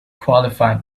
qualified